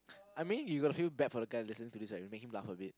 I mean you got to feel bad for the guy listen to this right you made him laugh a bit